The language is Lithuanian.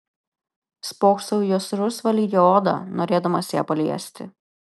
spoksau į jos rusvą lygią odą norėdamas ją paliesti